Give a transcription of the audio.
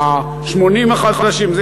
ה-80 החדשים,